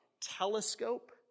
telescope